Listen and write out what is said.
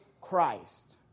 Christ